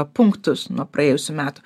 punktus nuo praėjusių metų